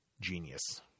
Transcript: genius